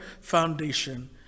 foundation